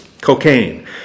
Cocaine